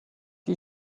you